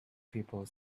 people